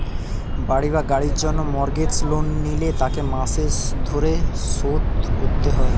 বাড়ি বা গাড়ির জন্য মর্গেজ লোন নিলে তাকে মাস ধরে শোধ করতে হয়